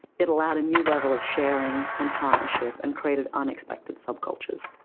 it allowed a new level of sharing and partnerships and created unexpected subcultures.